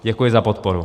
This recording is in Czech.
Děkuji za podporu.